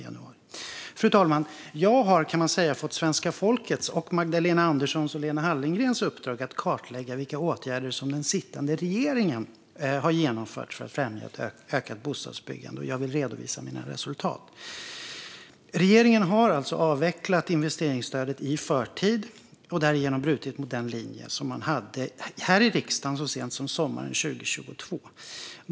Man kan säga att jag har fått svenska folkets, Magdalena Anderssons och Lena Hallengrens uppdrag att kartlägga vilka åtgärder som den sittande regeringen har vidtagit för att främja ett ökat bostadsbyggande. Jag vill redovisa mina resultat. Regeringen har avvecklat investeringsstödet i förtid och därigenom brutit mot den linje man hade här i riksdagen så sent som sommaren 2022.